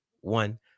one